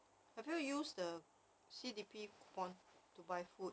have you used the C_D_P coupon to buy food